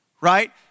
Right